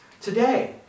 today